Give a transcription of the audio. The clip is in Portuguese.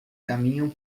caminham